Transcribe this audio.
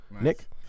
Nick